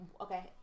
okay